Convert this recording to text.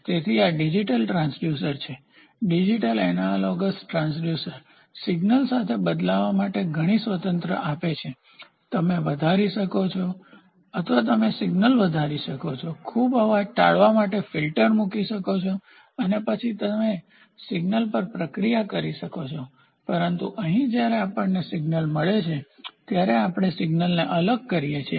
તેથી આ digital transducers છે ડિજિટલ એનાલોગસ ટ્રાન્સડ્યુસર સિગ્નલ સાથે બદલાવા માટે ઘણી સ્વતંત્રતા આપે છે તમે વધારી શકો છો અથવા તમે સિગ્નલને વધારી શકો છો ખૂબ અવાજ ટાળવા માટે ફિલ્ટર્સ મુકી શકો છો અને પછી તમે સિગ્નલ પર પ્રક્રિયા કરી શકો છો પરંતુ અહીં જ્યારે આપણને સિગ્નલ મળે છે ત્યારે આપણે સિગ્નલને અલગ કરીએ છીએ